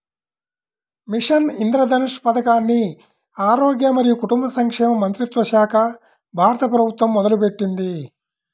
machine Indradhanush పథకాన్ని ఆరోగ్య మరియు కుటుంబ సంక్షేమ మంత్రిత్వశాఖ, భారత ప్రభుత్వం మొదలుపెట్టింది